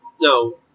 no